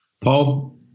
Paul